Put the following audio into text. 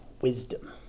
wisdom